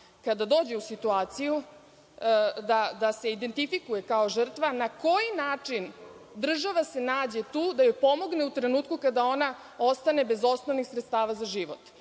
kada dođe u situaciju da se identifikuje kao žrtva, na koji način država se nađe tu da joj pomogne u trenutku kada ona ostane bez osnovnih sredstava za život?